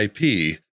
IP